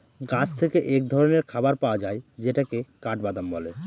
গাছ থেকে এক ধরনের খাবার পাওয়া যায় যেটাকে কাঠবাদাম বলে